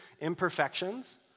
imperfections